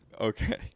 Okay